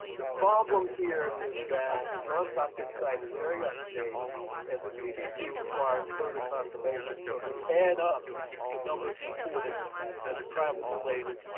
the problem here is that the johns hopkins site is very up-to-date and the cdc requires further confirmation. so if you add up the numbers reported that are travel related,